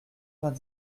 vingt